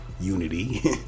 unity